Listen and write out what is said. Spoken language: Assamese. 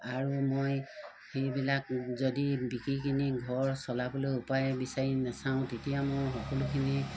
আৰু মই সেইবিলাক যদি বিকি কিনি ঘৰ চলাবলৈ উপায়ে বিচাৰি নাচাওঁ তেতিয়া মোৰ সকলোখিনি